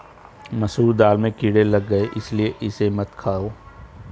मसूर दाल में कीड़े लग गए है इसलिए इसे मत खाओ